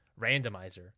randomizer